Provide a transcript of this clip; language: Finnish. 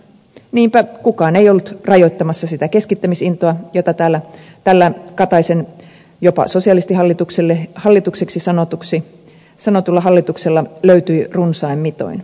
niinpä kukaan ei ollut rajoittamassa sitä keskittämisintoa jota tällä kataisen jopa sosialistihallitukseksi sanotulla hallituksella löytyi runsain mitoin